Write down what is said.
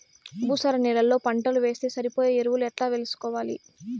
భూసార నేలలో పంటలు వేస్తే సరిపోయే ఎరువులు ఎట్లా వేసుకోవాలి?